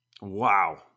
wow